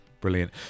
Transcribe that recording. brilliant